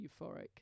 euphoric